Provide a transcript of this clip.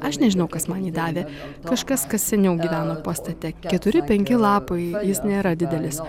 aš nežinau kas man jį davė kažkas kas seniau gyveno pastate keturi penki lapai jis nėra didelis